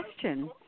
question